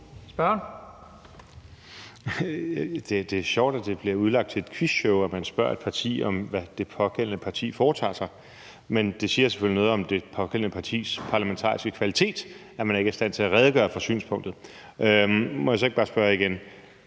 Det er sjovt, at det bliver udlagt som et quizshow, at man spørger et parti om, hvad det pågældende parti foretager sig. Men det siger selvfølgelig noget om det pågældende partis parlamentariske kvalitet, at man ikke er i stand til at redegøre for synspunktet. Jeg vil bare spørge igen: